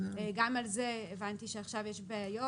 גם על זה הבנתי שעכשיו יש בעיות.